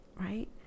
right